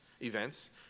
events